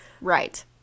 right